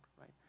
right